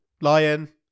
Lion